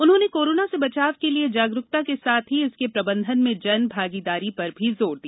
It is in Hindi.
उन्होंने कोरोना से बचाव के लिए जागरूकता के साथ ही इसके प्रबंधन में जन भागीदारी पर भी जोर दिया